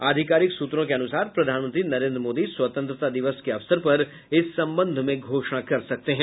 आधिकारिक सूत्रों के अनुसार प्रधानमंत्री नरेन्द्र मोदी स्वतंत्रता दिवस के अवसर पर इस संबंध में घोषणा कर सकते हैं